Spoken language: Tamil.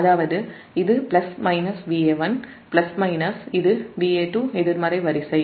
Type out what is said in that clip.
அதாவது இது plus minus Va1 plus minus இது Va2 எதிர்மறை வரிசை